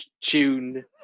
tune